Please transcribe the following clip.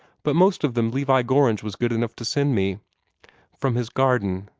but most of them levi gorringe was good enough to send me from his garden.